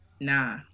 nah